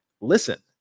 Listen